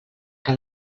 que